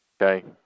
okay